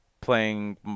playing